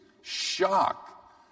shock